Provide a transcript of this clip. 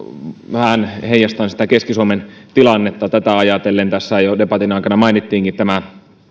vähän heijastan keski suomen tilannetta tätä ajatellen niin tässä jo debatin aikana mainittiinkin tämä